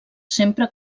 sempre